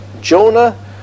Jonah